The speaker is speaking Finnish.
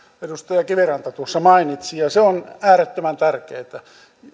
edustaja kiviranta tuossa mainitsi ja se on äärettömän tärkeätä